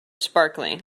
sparkling